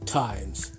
times